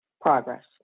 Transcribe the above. progress